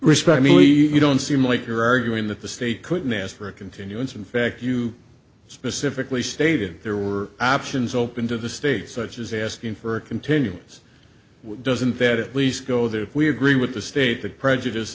respect i mean we don't seem like you're arguing that the state couldn't ask for a continuance in fact you specifically stated there were options open to the state such as asking for a continuance doesn't that at least go there if we agree with the state that prejudice